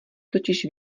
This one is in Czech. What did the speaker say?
totiž